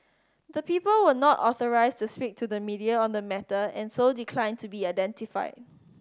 the people were not authorised to speak to the media on the matter and so declined to be identified